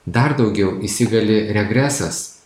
dar daugiau įsigali regresas